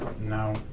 No